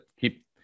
keep